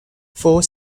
four